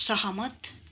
सहमत